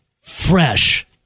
fresh